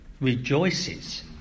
Rejoices